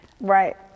Right